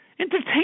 Entertain